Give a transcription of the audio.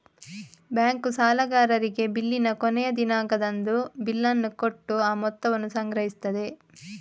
bank ಸಾಲಗಾರರಿಗೆ ಬಿಲ್ಲಿನ ಕೊನೆಯ ದಿನಾಂಕದಂದು ಬಿಲ್ಲನ್ನ ಕೊಟ್ಟು ಆ ಮೊತ್ತವನ್ನ ಸಂಗ್ರಹಿಸ್ತದೆ